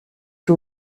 two